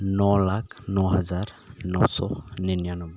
ᱱᱚ ᱞᱟᱠ ᱱᱚ ᱦᱟᱡᱟᱨ ᱱᱚ ᱥᱚ ᱱᱤᱱᱟᱨᱱᱚᱵᱽᱵᱳᱭ